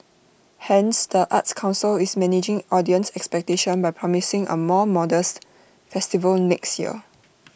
hence the arts Council is managing audience expectation by promising A more modest festival next year